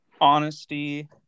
honesty